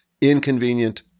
inconvenient